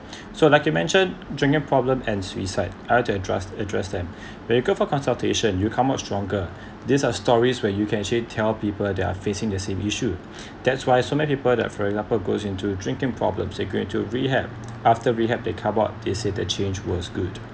so like you mentioned drinking problem and suicide I'll have to addressed address them when you go for consultation you come out stronger these are stories where you can actually tell people they're facing the same issue that's why so many people that for example goes into drinking problems they go into a rehab after rehab they come out they said the change was good